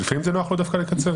לפעמים זה נוח לו דווקא לקצר.